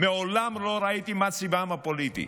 מעולם לא ראיתי מה צבען הפוליטי.